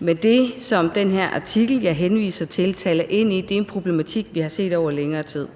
men det, som den her artikel, jeg henviser til, taler ind i, er en problematik, vi har set over længere tid.